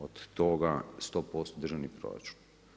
Od toga 100% državni proračun.